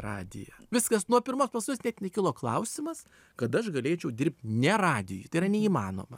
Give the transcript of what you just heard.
radiją viskas nuo pirmos paskaitos net nekilo klausimas kad aš galėčiau dirbt ne radijuj tai yra neįmanoma